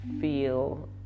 feel